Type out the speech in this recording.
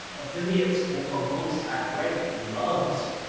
affiliates for for books i've read and loved